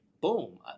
boom